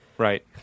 Right